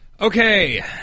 Okay